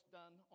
done